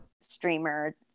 streamer